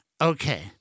Okay